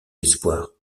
espoir